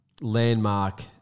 landmark